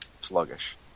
sluggish